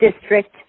district